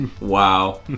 wow